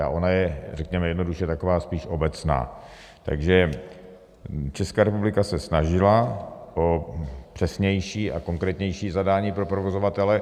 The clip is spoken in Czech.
A ona je řekněme jednoduše taková spíš obecná, takže Česká republika se snažila o přesnější a konkrétnější zadání pro provozovatele.